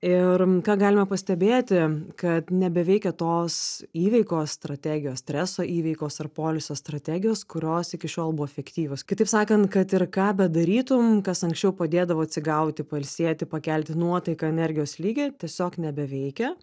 ir ką galime pastebėti kad nebeveikia tos įveikos strategijos streso įveikos ar poilsio strategijos kurios iki šiol buvo efektyvios kitaip sakant kad ir ką bedarytum kas anksčiau padėdavo atsigauti pailsėti pakelti nuotaiką energijos lygį tiesiog nebeveikia